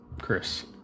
Chris